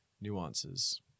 nuances